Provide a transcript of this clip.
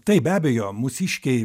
taip be abejo mūsiškiai